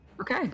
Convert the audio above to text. Okay